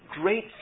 great